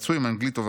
רצוי עם אנגלית טובה.